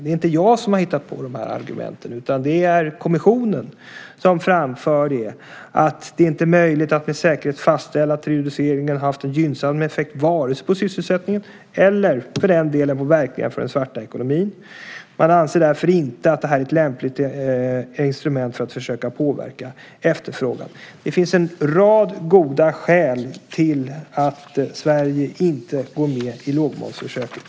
Det är inte jag som har hittat på argumenten, utan det är kommissionen som framför att det inte är möjligt att med säkerhet fastställa att reduceringen har haft en gynnsam effekt vare sig på sysselsättningen eller, för den delen, på verkningar för den svarta ekonomin. Man anser därför inte att det här är ett lämpligt instrument för att försöka påverka efterfrågan. Det finns en rad goda skäl till att Sverige inte går med i lågmomsförsöket.